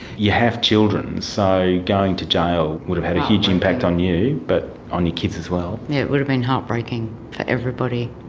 you have children, so going to jail would have had a huge impact on you but on your kids as well. yes, yeah it would have been heartbreaking for everybody,